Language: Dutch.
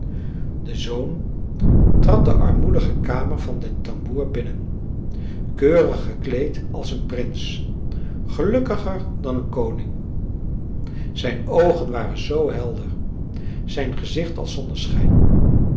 de zoon trad de armoedige kamer van den tamboer binnen keurig gekleed als een prins gelukkiger dan een koning zijn oogen waren zoo helder zijn gezicht als zonneschijn